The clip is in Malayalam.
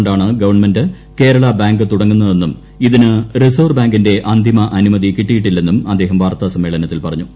കൊണ്ടാണ് ഗവൺമെന്റ് കേരള ബാങ്ക് തുടങ്ങുന്നതെന്നും ഇതിന് റിസർവ് ബാങ്കിന്റെ അറ്റ്മിമ് അനുമതി കിട്ടിയിട്ടില്ലെന്നും അദ്ദേഹം വാർത്താ സമ്മേളനത്തിൽ പറഞ്ഞു